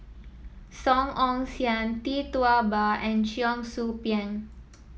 Song Ong Siang Tee Tua Ba and Cheong Soo Pieng